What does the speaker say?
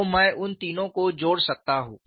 तो मैं उन तीनों को जोड़ सकता हूँ